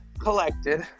collected